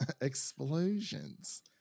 explosions